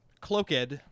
cloaked